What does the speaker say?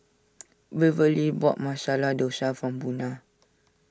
Waverly bought Masala Dosa from Buna